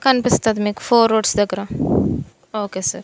కనిపిస్తుంది మీకు four roots దగ్గర ఓకే సార్